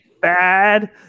bad